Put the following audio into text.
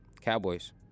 Cowboys